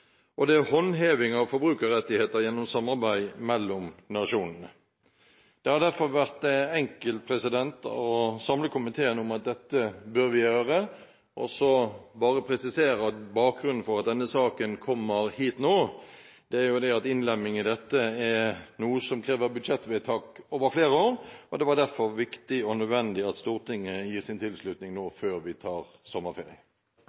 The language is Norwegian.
og det er håndheving av forbrukerrettigheter gjennom samarbeid mellom nasjonene. Det har derfor vært enkelt å samle komiteen om at dette bør vi gjøre. Så vil jeg bare presisere at bakgrunnen for at denne saken kommer hit nå, er at innlemming i dette er noe som krever budsjettvedtak over flere år. Det var derfor viktig og nødvendig at Stortinget gir sin tilslutning til dette nå, før vi tar sommerferie.